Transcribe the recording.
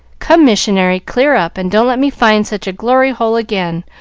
come, missionary, clear up, and don't let me find such a glory-hole again,